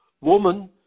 Woman